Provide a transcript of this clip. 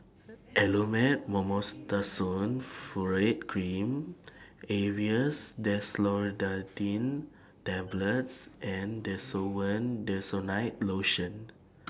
Elomet Mometasone Furoate Cream Aerius DesloratadineTablets and Desowen Desonide Lotion